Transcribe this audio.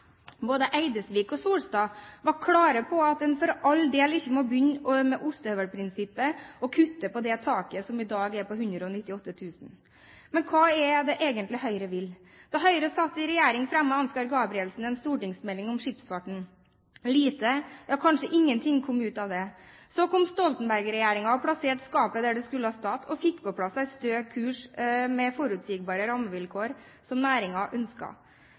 Både i Eidesvik og ved Solstad var de klare på at en for all del ikke må begynne med ostehøvelprinsippet og kutte på det taket som i dag er på 198 000 kr. Men hva er det egentlig Høyre vil? Da Høyre satt i regjering, fremmet Ansgar Gabrielsen en stortingsmelding om skipsfarten. Lite – ja, kanskje ingenting – kom ut av det. Så kom Stoltenberg-regjeringen og plasserte skapet der det skulle stå og fikk på plass en stø kurs med forutsigbare rammevilkår som